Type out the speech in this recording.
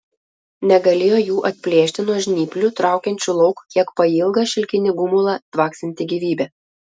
negalėjo jų atplėšti nuo žnyplių traukiančių lauk kiek pailgą šilkinį gumulą tvaksintį gyvybe